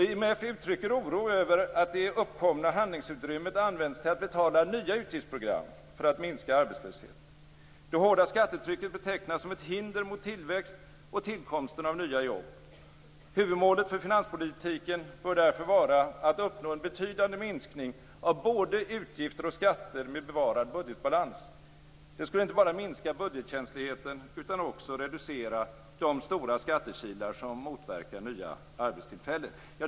IMF uttrycker oro över att det uppkomna handlingsutrymmet används till att betala nya utgiftsprogram för att minska arbetslösheten. Det hårda skattetrycket betecknas som ett hinder mot tillväxt och tillkomsten av nya jobb. Huvudmålet för finanspolitiken bör därför vara att uppnå en betydande minskning av både utgifter och skatter med bevarad budgetbalans. Det skulle inte bara minska budgetkänsligheten utan också reducera de stora skattekilar som motverkar nya arbetstillfällen.